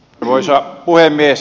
arvoisa puhemies